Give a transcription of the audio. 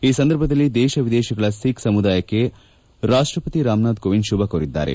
ಈ ಸಂದರ್ಭದಲ್ಲಿ ದೇಶ ವಿದೇಶಗಳ ಸಿಖ್ ಸಮುದಾಯಕ್ಕೆ ರಾಷ್ಟ್ರಪತಿ ರಾಮನಾಥ್ ಕೋವಿಂದ್ ಶುಭ ಕೋರಿದ್ದಾರೆ